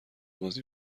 بازی